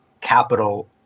capital